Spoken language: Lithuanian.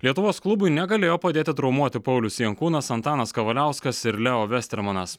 lietuvos klubui negalėjo padėti traumuoti paulius jankūnas antanas kavaliauskas ir leo vestermanas